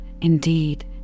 indeed